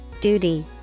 duty